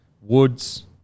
Woods